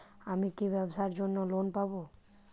আমি কি ব্যবসার জন্য লোন পাব?